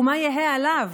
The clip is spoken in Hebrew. ומה יהיה עליו?